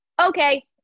Okay